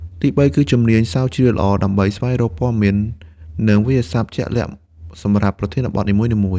ទីបី គឺជំនាញស្រាវជ្រាវល្អ ដើម្បីស្វែងរកព័ត៌មាន និងវាក្យសព្ទជាក់លាក់សម្រាប់ប្រធានបទនីមួយៗ។